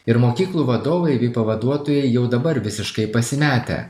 ir mokyklų vadovai bei pavaduotojai jau dabar visiškai pasimetę